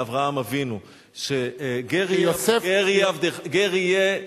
לאברהם אבינו: גר יהיה זרעך,